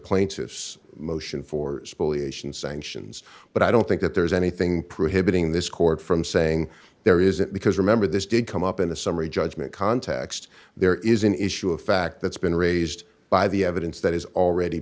plaintiffs motion for spoliation sanctions but i don't think that there's anything prohibiting this court from saying there is it because remember this did come up in a summary judgment context there is an issue of fact that's been raised by the evidence that is already